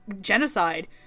genocide